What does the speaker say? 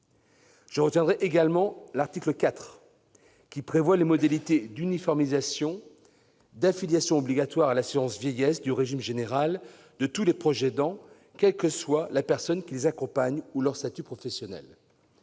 Je retiendrai ensuite l'article 4, qui prévoit les modalités d'uniformisation d'affiliation obligatoire à l'assurance vieillesse du régime général de tous les proches aidants, quelle que soit la personne qu'ils accompagnent et leur statut professionnel.